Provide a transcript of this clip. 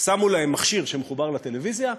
שמו להן מכשיר שמחובר לטלוויזיה,